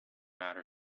outer